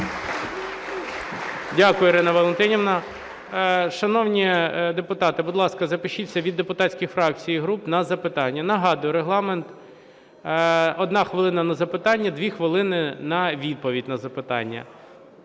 Дякую, Ірина Валентинівна. Шановні депутати, будь ласка, запишіться від депутатських фракцій і груп на запитання. Нагадую регламент: одна хвилина – на запитання, дві хвилини – на відповідь на запитання.